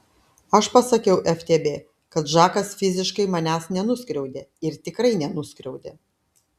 aš pasakiau ftb kad žakas fiziškai manęs nenuskriaudė ir tikrai nenuskriaudė